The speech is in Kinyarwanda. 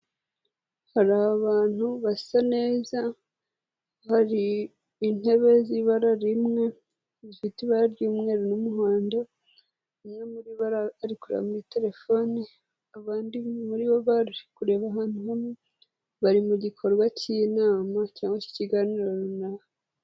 Hari abantu basa neza, hari intebe z'ibara rimwe zifite ibara ry'umweru n'umuhondo, umwe muri bo ari kureba muri telefone abandi muri bo baje kureba ahantu hamwe, bari mu gikorwa cy'inama cyangwa cy'ikiganiro runaka.